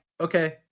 Okay